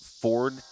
ford